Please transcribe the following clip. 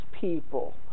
people